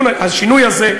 "השינוי הזה",